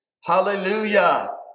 Hallelujah